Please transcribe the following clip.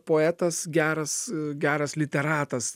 poetas geras geras literatas